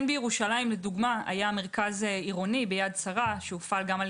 כן בירושלים לדוגמה היה מרכז עירוני ביד שרה שהופעל גם על